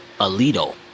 Alito